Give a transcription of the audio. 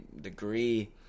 degree